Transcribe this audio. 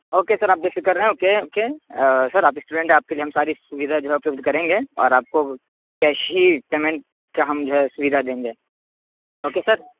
okay sir آپ بے فکر رہیں اوکے اوکے سر آپ اسٹوڈنٹ ہیں آپ کے لیے ہم ساری سودھا جو ہے اپلبدھ کریں گے اور آپ کو کیش ہی پیمنٹ کا ہم جو ہے سویدھا دیں گے اوکے سر